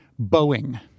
Boeing